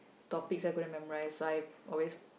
topics I'm going to memorise so I always